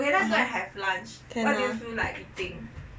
(uh huh) can uh